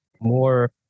more